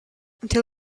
until